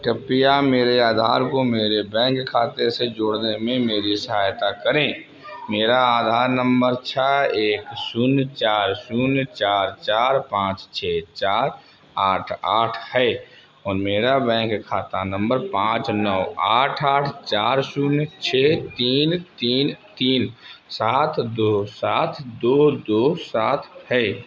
कृपया मेरे आधार को मेरे बैंक खाते से जोड़ने में मेरी सहायता करें मेरा आधार नंबर छः एक शून्य चार शून्य चार चार पाँच छः चार आठ आठ है और मेरा बैंक खाता नंबर पाँच नौ आठ आठ चार शून्य छः तीन तीन तीन सात दो सात है